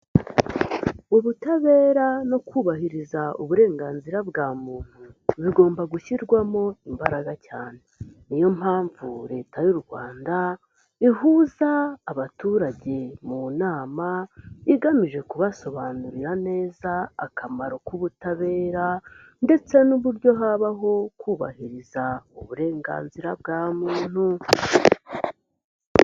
Ubutabera no kubahiriza uburenganzira bwa muntu, bigomba gushyirwamo imbaraga cyane. Niyo mpamvu leta y'u Rwanda ihuza abaturage mu nama, igamije kubasobanurira neza akamaro k'ubutabera ndetse n'uburyo habaho kubahiriza uburenganzira bwa muntu.